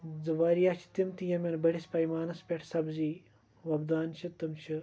زٕ واریاہ چھِ تِم تہِ یِمن بٔڑِس پَیمانَس پٮ۪ٹھ سبزی وۄبدان چھِ تِم چھِ